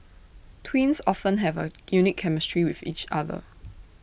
twins often have A unique chemistry with each other